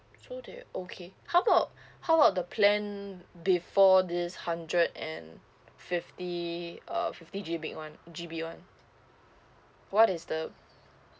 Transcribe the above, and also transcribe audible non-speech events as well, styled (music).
so there okay how about (breath) how are the plan before this hundred and fifty uh fifty G_B one fifty G_B one what is the